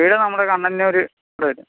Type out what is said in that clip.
വീട് നമ്മുടെ കണ്ണനൂർ അവിടെ വരും